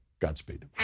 Godspeed